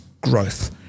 growth